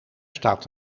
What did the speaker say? staat